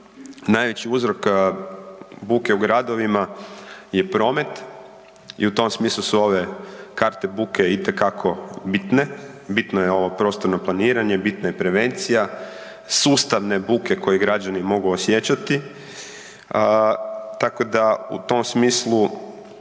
Najveći uzrok buke u gradovima je promet i u tom smislu su ove karte buke itekako bitne, bitno je ovo prostorno planiranje, bitna je prevencija, sustavne buke koje građani mogu osjećati tako da u tom smislu